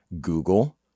Google